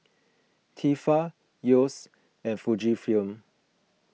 Tefal Yeo's and Fujifilm